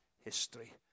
history